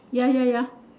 ya ya ya